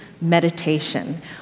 Meditation